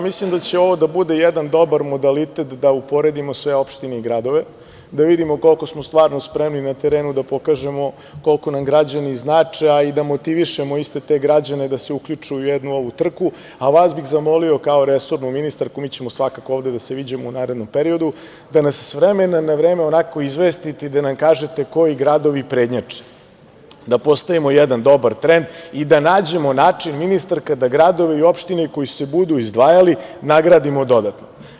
Mislim da će ovo da bude jedan dobar modalitet da uporedimo sve opštine i gradove, da vidimo koliko smo stvarno spremni na terenu da pokažemo koliko nam građani znače, a i da motivišemo iste te građane da se uključe u jednu ovu trku, a vas bih zamolio kao resornu ministarku, mi ćemo svakako ovde da se viđamo u narednom periodu, da nas s vremena na vreme onako izvestite i da nam kažete koji gradovi prednjače, da postavimo jedan dobar trend i da nađemo način ministarka da gradove i opštine koji se budu izdvajali nagradimo dodatno.